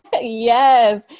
Yes